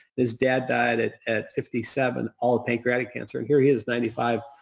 his dad died at at fifty seven. all of pancreatic cancer. here he is, ninety five,